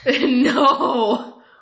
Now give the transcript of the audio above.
No